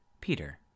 Peter